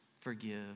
forgive